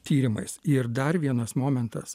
tyrimais ir dar vienas momentas